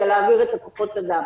כדי להעביר את כוח האדם.